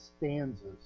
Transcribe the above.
stanzas